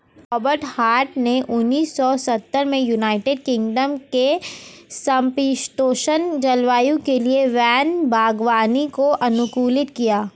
Robert Hart ने उन्नीस सौ सत्तर में यूनाइटेड किंगडम के समषीतोष्ण जलवायु के लिए वैन बागवानी को अनुकूलित किया